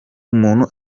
umuntu